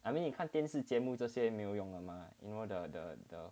I mean 你看电视节目这些没有用的 mah you know the the the